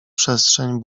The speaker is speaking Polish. przestrzeń